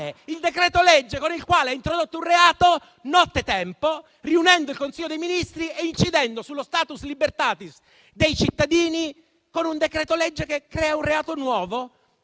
il decreto-legge con il quale ha introdotto un reato nottetempo, riunendo il Consiglio dei ministri e incidendo sullo *status libertatis* dei cittadini, con un provvedimento che crea un reato nuovo